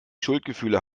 schuldgefühle